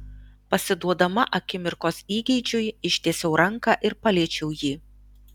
pasiduodama akimirkos įgeidžiui ištiesiau ranką ir paliečiau jį